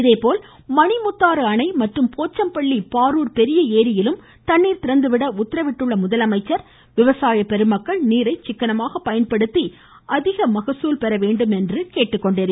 இதேபோல் மணிமுத்தாறு அணை மற்றும் போச்சம்பள்ளி பாரூர் பெரிய ஏரியிலும் தண்ணீர் திறந்துவிட உத்தரவிட்டுள்ள முதலமைச்சர் விவசாய பெருமக்கள் நீரை சிக்கனமாக பயன்படுத்தி அதிக மகசூல் பெறவேண்டுமென கேட்டுக்கொண்டுள்ளார்